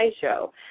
show